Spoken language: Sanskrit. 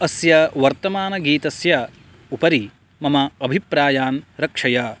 अस्य वर्तमानगीतस्य उपरि मम अभिप्रायान् रक्षय